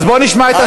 אז בואו נשמע את השר.